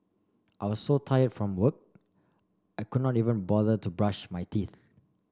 I was so tired from work I could not even bother to brush my teeth